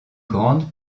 grandes